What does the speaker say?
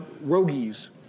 rogues